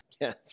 yes